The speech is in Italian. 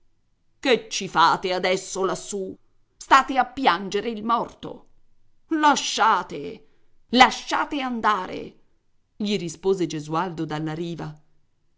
che ci fate adesso lassù state a piangere il morto lasciate lasciate andare gli rispose gesualdo dalla riva